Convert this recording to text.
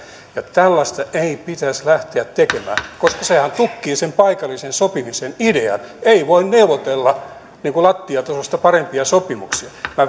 tällaista ei pitäisi lähteä tekemään koska sehän tukkii sen paikallisen sopimisen idean ei voida neuvotella lattiatasosta parempia sopimuksia minä